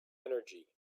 energy